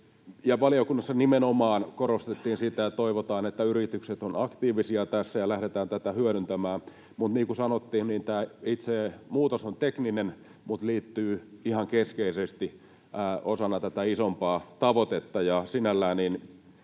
Valiokunnassa nimenomaan korostettiin sitä, että toivotaan, että yritykset ovat aktiivisia tässä ja lähdetään tätä hyödyntämään. Mutta niin kuin sanottua, tämä itse muutos on tekninen, mutta se liittyy ihan keskeisesti osaksi tätä isompaa tavoitetta